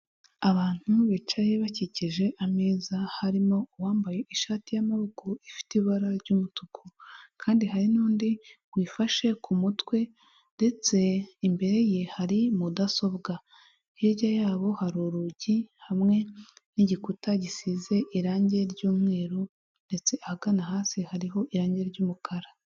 Abantu bicaye bakikije ameza harimo uwambaye ishati y'amaboko ifite ibara ry'umutuku kandi hari n'undi wifashe ku mutwe ndetse imbere ye hari mudasobwa, hirya yabo hari urugi hamwe n'igikuta gisize irangi ry'umweru ndetse ahagana hasi hariho irangi ry'umukara.